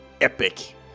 epic